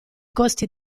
costi